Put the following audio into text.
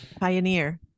Pioneer